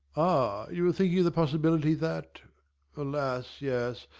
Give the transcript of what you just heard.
ah, you are thinking of the possibility that alas! yes,